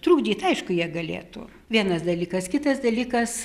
trukdyt aišku jie galėtų vienas dalykas kitas dalykas